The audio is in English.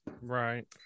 Right